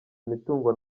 imitungo